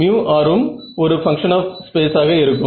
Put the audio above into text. rம் ஒரு function of space ஆக இருக்கும்